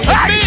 Hey